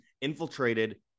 infiltrated